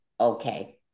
Okay